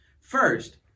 First